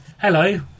hello